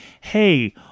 hey